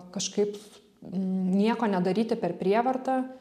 kažkaip nieko nedaryti per prievartą